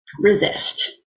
resist